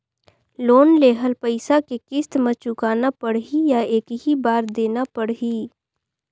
Loan लेहल पइसा के किस्त म चुकाना पढ़ही या एक ही बार देना पढ़ही?